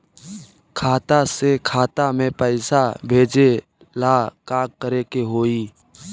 खाता से खाता मे पैसा भेजे ला का करे के होई?